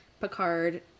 Picard